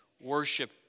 worship